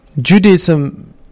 Judaism